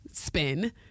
spin